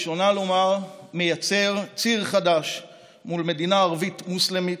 לראשונה מייצר ציר חדש מול מדינה ערבית מוסלמית,